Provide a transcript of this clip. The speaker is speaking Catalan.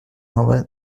nova